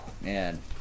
Man